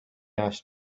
asked